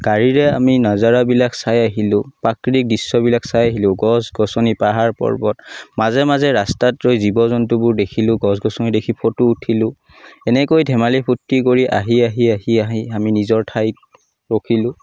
গাড়ীৰে আমি নাজাৰাবিলাক চাই আহিলোঁ প্ৰাকৃতিক দৃশ্যবিলাক চাই আহিলোঁ গছ গছনি পাহাৰ পৰ্বত মাজে মাজে ৰাস্তাত ৰৈ জীৱ জন্তুবিলাক দেখিলোঁ গছ গছনিবোৰ দেখি ফটো উঠিলোঁ এনেকৈ ধেমালি ফুৰ্তি কৰি আহি আহি আহি আহি আমি নিজৰ ঠাইত ৰখিলোঁ